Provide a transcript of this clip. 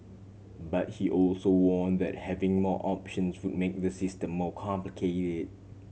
but he also warn that having more options would make the system more complicated